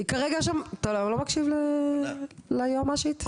אז למה אתה אומר לי כן, אתה לא מקשיב ליועמ"שית?